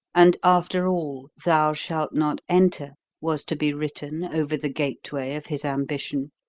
and after all, thou shalt not enter was to be written over the gateway of his ambition?